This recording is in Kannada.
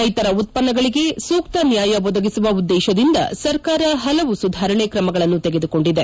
ರೈತರ ಉತ್ಪನ್ನಗಳಿಗೆ ಸೂಕ್ತ ನ್ವಾಯ ಒದಗಿಸುವ ಉದ್ದೇಶದಿಂದ ಸರ್ಕಾರ ಹಲವು ಸುಧಾರಣೆ ಕ್ರಮಗಳನ್ನು ತೆಗೆದುಕೊಂಡಿದೆ